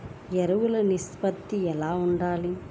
ఎరువులు నిష్పత్తి ఎలా ఉండాలి?